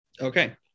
Okay